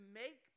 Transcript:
make